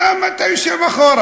למה אתה יושב מאחור?